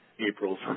April